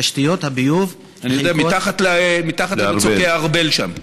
תשתיות הביוב, זה מתחת למצוקי הארבל שם.